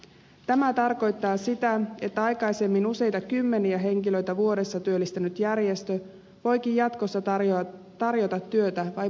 tämä tarkoittaa sitä että aikaisemmin useita kymmeniä henkilöitä vuodessa työllistänyt järjestö voikin jatkossa tarjota työtä vain muutamille ihmisille